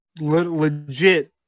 legit